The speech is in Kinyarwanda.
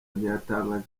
ntiyatangaje